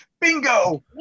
Bingo